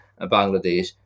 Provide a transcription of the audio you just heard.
Bangladesh